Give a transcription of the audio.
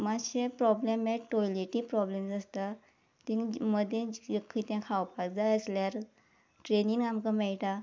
मातशे प्रोब्लम हें टॉयलटी प्रोब्लम आसता तींग मदीं कितें खावपाक जाय आसल्यार ट्रेनीन आमकां मेळटा